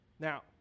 Now